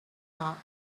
thought